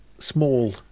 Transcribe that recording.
small